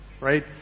right